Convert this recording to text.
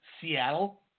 Seattle